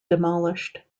demolished